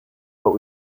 but